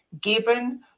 given